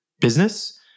business